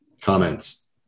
Comments